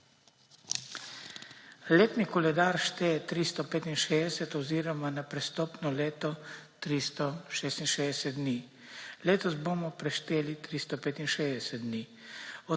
Letni koledar šteje 365 oziroma na prestopno leto 366 dni. Letos bomo prešteli 365 dni,